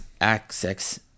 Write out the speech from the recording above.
access